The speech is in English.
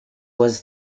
was